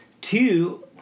Two